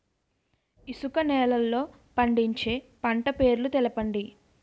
ఇసుక నేలల్లో పండించే పంట పేర్లు తెలపండి?